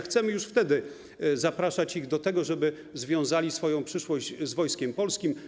Chcemy już wtedy zapraszać ich do tego, żeby związali swoją przyszłość z Wojskiem Polskim.